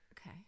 okay